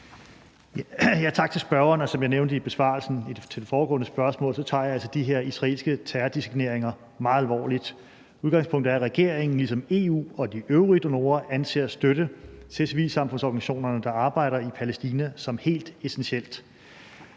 Tak til spørgeren. Som jeg nævnte i besvarelsen til det foregående spørgsmål, tager jeg altså de her israelske terrordesigneringer meget alvorligt. Udgangspunktet er, at regeringen ligesom EU og de øvrige donorer anser støtte til civilsamfundsorganisationerne, der arbejder i Palæstina, som helt essentielt.